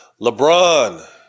LeBron